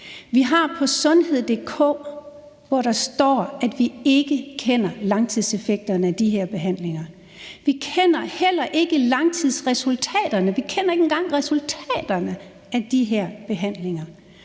vil få? På sundhed.dk står der, at vi ikke kender langtidseffekterne af de her behandlinger. Vi kender heller ikke langtidsresultaterne. Vi kender ikke engang resultaterne af de her behandlinger.